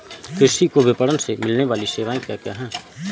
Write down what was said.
कृषि को विपणन से मिलने वाली सेवाएँ क्या क्या है